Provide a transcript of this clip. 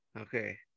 Okay